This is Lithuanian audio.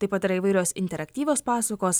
taip pat yra įvairios interaktyvios pasakos